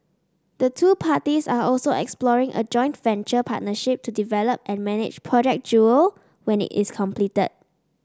the two parties are also exploring a joint venture partnership to develop and manage Project Jewel when it is completed